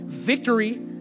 Victory